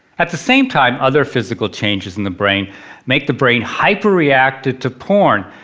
at the same time other physical changes in the brain make the brain hyper-reactive to porn.